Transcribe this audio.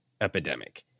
epidemic